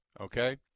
okay